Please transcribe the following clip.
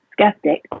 skeptic